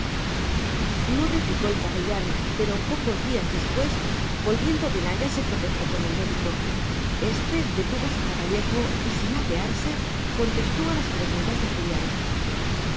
no replicó el capellán pero pocos días después volviendo de naya se tropezó con el médico éste detuvo su caballejo y sin apearse contestó a las preguntas de julián